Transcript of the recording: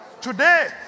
today